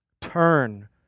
Turn